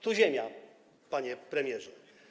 Tu Ziemia, panie premierze.